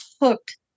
hooked